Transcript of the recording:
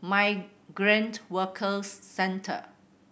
Migrant Workers Centre